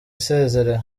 isezerewe